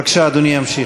בבקשה, אדוני ימשיך.